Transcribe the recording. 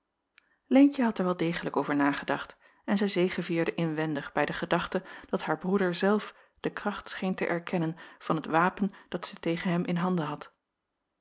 leentje had er wel degelijk over nagedacht en zij zegevierde inwendig bij de gedachte dat haar broeder zelf de kracht scheen te erkennen van het wapen dat zij tegen hem in handen had